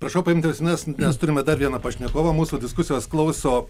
prašau paimti ausines nes turime dar vieną pašnekovą mūsų diskusijos klauso